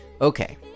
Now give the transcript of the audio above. Okay